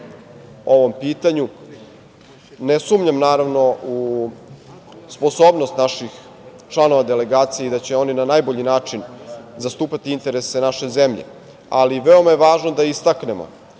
ovom pitanju. Ne sumnjam naravno u sposobnost naših članova delegacije i da će oni na najbolji način zastupati interese naše zemlje, ali veoma je važno da istaknemo,